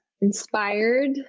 inspired